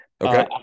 Okay